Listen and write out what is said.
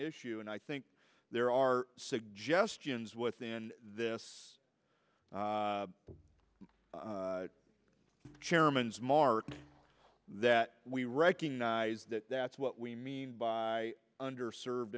issue and i think there are suggestions within this chairman's mark that we recognize that that's what we mean by under served